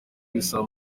bisaba